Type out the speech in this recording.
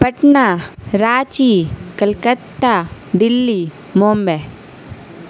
Patna Ranchi Kolkata Delhi Mumbai